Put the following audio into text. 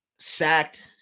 sacked